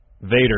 Vader